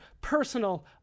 personal